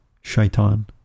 shaitan